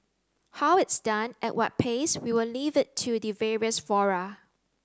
how it's done at what pace we will leave it to the various fora